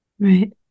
Right